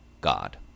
God